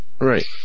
Right